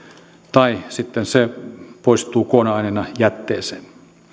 tai sitten se poistuu kuona aineena jätteeseen